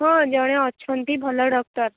ହଁ ଜଣେ ଅଛନ୍ତି ଭଲ ଡକ୍ଟର